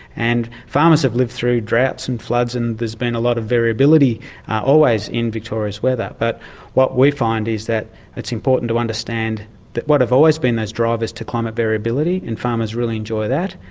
and farmers have lived through droughts and floods and there's been a lot of variability always in victoria's weather but what we find is that it's important to understand that what have always been these drivers to climate variability, and farmers really enjoy that,